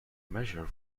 measure